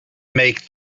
make